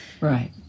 Right